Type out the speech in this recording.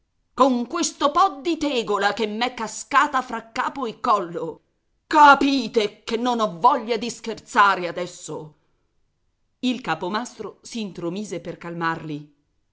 con questo po di tegola che m'è cascata fra capo e collo capite che non ho voglia di scherzare adesso il capomastro si intromise per calmarli